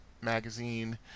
Magazine